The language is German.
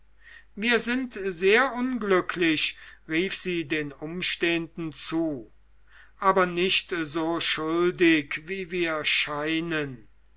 wir sind sehr unglücklich rief sie den umstehenden zu aber nicht so schuldig wie wir scheinen